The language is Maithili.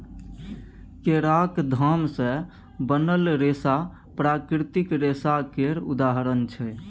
केराक थाम सँ बनल रेशा प्राकृतिक रेशा केर उदाहरण छै